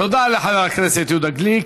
תודה לחבר הכנסת יהודה גליק.